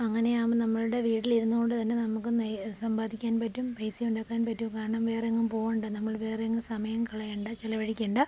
അങ്ങനെ ആവുമ്പോള് നമ്മൾടെ വീട്ടിലിരുന്ന് കൊണ്ടുതന്നെ നമ്മക്ക് നെ സമ്പാദിക്കാൻ പറ്റും പൈസ ഉണ്ടാക്കാൻ പറ്റും കാരണം വേറെ എങ്ങും പോവണ്ട നമ്മൾ വേറെങ്ങും സമയം കളയണ്ട ചെലവഴിക്കണ്ട